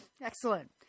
Excellent